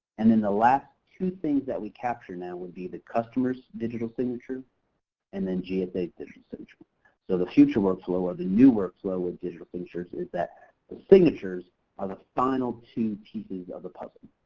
and then the last two things that we capture now would be the customer's digital signature and then gsa's digital signature. so the future workflow or the new workflow with digital signatures is that the signatures are the final two pieces of the puzzle.